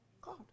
God